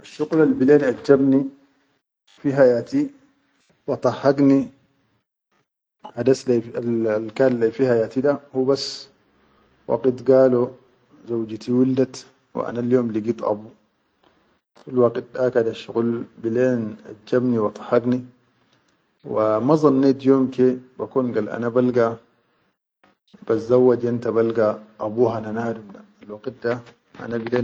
Asshuqulal bilen ajjab ni fi hayati, wa dahak ni ha das al al kanfi hayati da hubas waqit galo zaujati wuldat wa anal yom ligit ammi. Fil waqit da ka shuqul bilen ajjab ni wa dahak ni, wa mazannet yom ke be kon ana balga bazzauwatch balga abu hana nadum da a waqit da ana.